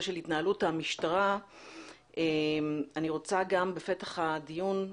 של התנהלות המשטרה אני רוצה גם בפתח הדיון,